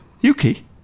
Yuki